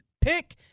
pick